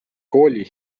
kooli